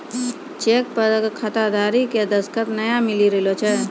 cheque पर खाताधारी के दसखत नाय मिली रहलो छै